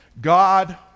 God